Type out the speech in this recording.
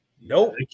Nope